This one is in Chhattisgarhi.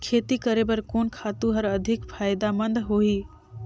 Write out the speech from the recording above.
खेती करे बर कोन खातु हर अधिक फायदामंद होही?